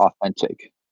authentic